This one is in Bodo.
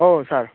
औ सार